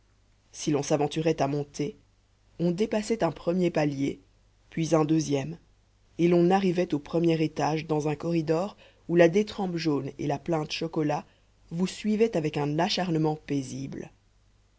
si l'on s'aventurait à monter on dépassait un premier palier puis un deuxième et l'on arrivait au premier étage dans un corridor où la détrempe jaune et la plinthe chocolat vous suivaient avec un acharnement paisible